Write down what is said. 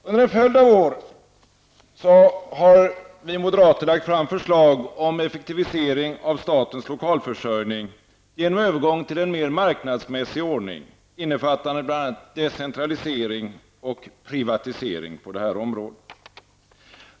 Under en följd av år har vi moderater lagt fram förslag om effektivisering av statens lokalförsörjning genom övergång till en mer marknadsmässig ordning, innefattande bl.a. decentralisering och privatisering på det här området.